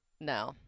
No